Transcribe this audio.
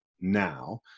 now